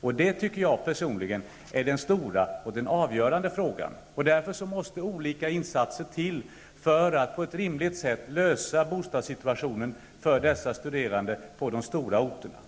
Jag anser personligen att detta är den stora och avgörande frågan. Därför måste olika insatser till för att man på ett rimligt sätt skall kunna lösa bostadssituationen för dessa studenter som studerar på de stora orterna.